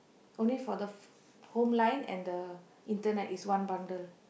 only for the f~ home line and the internet is one bundle